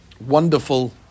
wonderful